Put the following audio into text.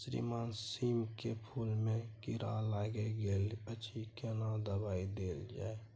श्रीमान सीम के फूल में कीरा लाईग गेल अछि केना दवाई देल जाय?